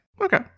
Okay